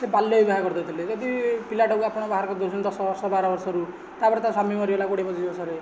ସେ ବାଲ୍ୟ ବିବାହ କରିଦେଉଥିଲେ ଯଦି ପିଲାଟାକୁ ଆପଣ ବାହାଘର କରିଦେଉଛନ୍ତି ଦଶ ବର୍ଷ ବାର ବର୍ଷ ରୁ ତାପରେ ତା ସ୍ୱାମୀ ମରିଗଲା କୋଡ଼ିଏ ପଚିଶ ବର୍ଷରେ